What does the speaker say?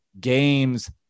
games